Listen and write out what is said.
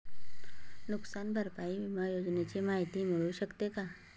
नुकसान भरपाई विमा योजनेची माहिती मिळू शकते का?